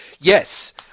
Yes